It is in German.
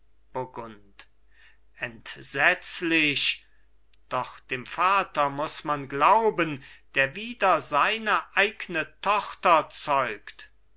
burgund entsetzlich doch dem vater muß man glauben der wider seine eigne tochter zeugt